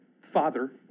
father